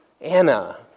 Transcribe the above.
Anna